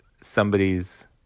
somebody's